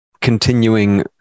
continuing